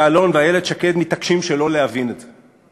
יעלון ואיילת שקד מתעקשים שלא להבין את זה?